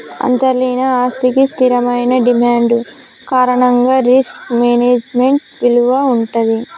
అంతర్లీన ఆస్తికి స్థిరమైన డిమాండ్ కారణంగా రిస్క్ మేనేజ్మెంట్ విలువ వుంటది